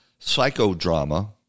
psychodrama